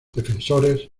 defensores